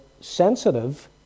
sensitive